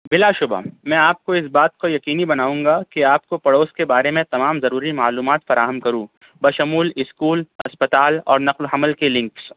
بلاشبہ میں آپ کو اس بات کو یقینی بناؤں گا کہ آپ کو پڑوس کے بارے میں تمام ضروری معلومات فراہم کروں بشمول اسکول اسپتال اور نقل و حمل کے لنکس